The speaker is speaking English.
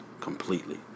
completely